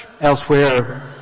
elsewhere